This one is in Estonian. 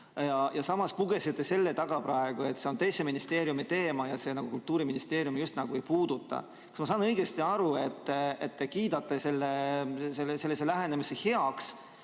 Samas pugesite praegu selle taha, et see on teise ministeeriumi teema ja Kultuuriministeeriumi just nagu ei puuduta. Kas ma saan õigesti aru, et te kiidate sellise lähenemise heaks